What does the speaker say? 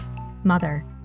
Mother